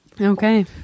Okay